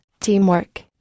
teamwork